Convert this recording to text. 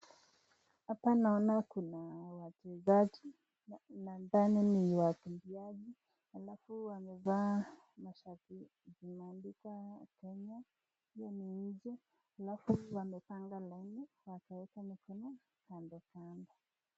Hapa naona kuna wachezaji nadani ni wachezaji alafu wamefaa mashati imeandikwa Kenya alafu wamepanga laini wakaweka mkono kando kando.